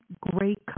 great